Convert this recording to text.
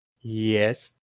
Yes